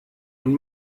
und